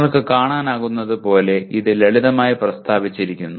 നിങ്ങൾക്ക് കാണാനാകുന്നതുപോലെ ഇത് ലളിതമായി പ്രസ്താവിച്ചിരിക്കുന്നു